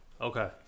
Okay